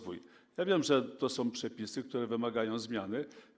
Wiem, że to są przepisy, które wymagają zmiany.